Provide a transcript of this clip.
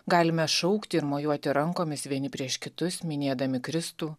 galime šaukti ir mojuoti rankomis vieni prieš kitus minėdami kristų